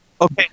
okay